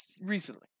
recently